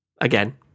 Again